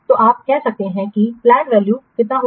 तो आप कह सकते हैं कि प्लैंड वैल्यू कितना होगा